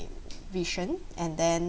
vision and then